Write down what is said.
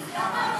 למה,